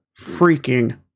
freaking